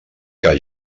que